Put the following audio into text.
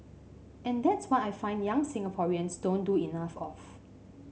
and that's what I find young Singaporeans don't do enough of